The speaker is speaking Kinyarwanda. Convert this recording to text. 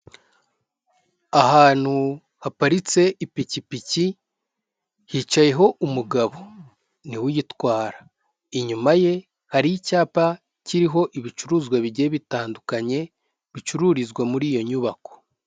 Ahantu haparitse ipikipiki, hicayeho umugabo, niwe uyitwara, inyuma ye hari icyapa kiriho ibicuruzwa bigiye bitandukanye, bicururizwa muri iyo nyubako.